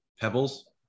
Pebbles